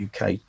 UK